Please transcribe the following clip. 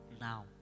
now